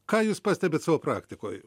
ką jūs pastebit savo praktikoj